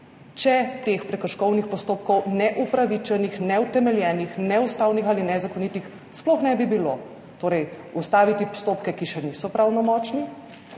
če teh prekrškovnih postopkov, neupravičenih, neutemeljenih, neustavnih ali nezakonitih, sploh ne bi bilo. Torej ustaviti postopke, ki še niso pravnomočni,